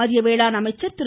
மத்திய வேளாண் அமைச்சர் திரு